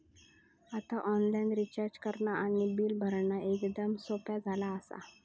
आता online recharge करणा आणि बिल भरणा एकदम सोप्या झाला आसा